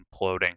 imploding